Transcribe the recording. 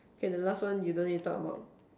okay the last one you don't need to talk about